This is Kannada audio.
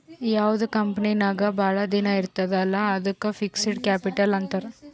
ಯಾವ್ದು ಕಂಪನಿ ನಾಗ್ ಭಾಳ ದಿನ ಇರ್ತುದ್ ಅಲ್ಲಾ ಅದ್ದುಕ್ ಫಿಕ್ಸಡ್ ಕ್ಯಾಪಿಟಲ್ ಅಂತಾರ್